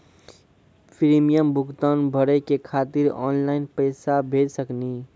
Premium भुगतान भरे के खातिर ऑनलाइन पैसा भेज सकनी?